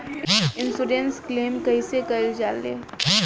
Insurance claim कइसे कइल जा ले?